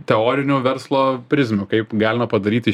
teorinių verslo prizmių kaip galima padaryti